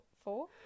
four